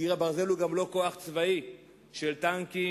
קיר הברזל הוא גם לא כוח צבאי של טנקים,